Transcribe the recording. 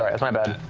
sorry, that's my bad.